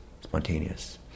spontaneous